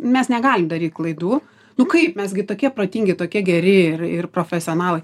mes negalim daryt klaidų nu kaip mes gi tokie protingi tokie geri ir ir profesionalai